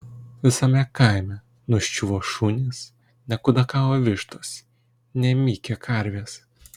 visame kaime nuščiuvo šunys nekudakavo vištos nemykė karvės